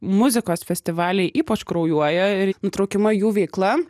muzikos festivaliai ypač kraujuoja i nutraukiama jų veikla